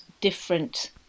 different